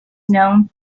known